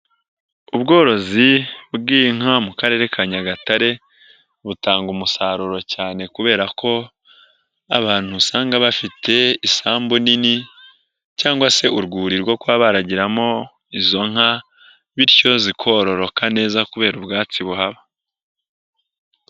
Ubworozi bw'inka mu karere ka Nyagatare, butanga umusaruro cyane kubera ko abantu usanga bafite isambu nini cyangwa se urwuri rwo kuba bararagiramo izo nka, bityo zikororoka neza kubera ubwatsi buhaba.